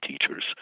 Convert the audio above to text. teachers